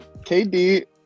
KD